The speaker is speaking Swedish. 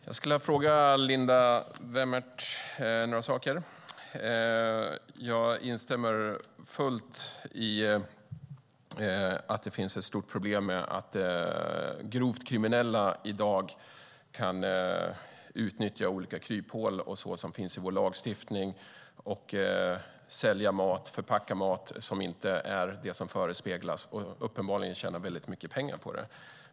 Fru talman! Jag skulle vilja fråga Linda Wemmert några saker. Jag instämmer fullt i att det finns ett stort problem med att grovt kriminella i dag kan utnyttja olika kryphål som finns i vår lagstiftning och sälja mat och förpacka mat som inte är det som förespeglas och uppenbarligen tjäna väldigt mycket pengar på det.